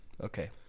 Okay